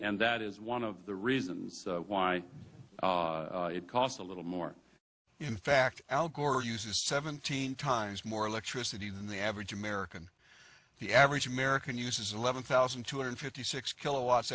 and that is one of the reasons why it costs a little more in fact al gore uses seventeen times more electricity than the average american the average american uses eleven thousand two hundred fifty six kilowatts